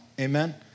Amen